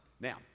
now